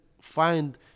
find